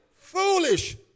foolish